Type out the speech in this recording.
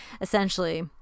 essentially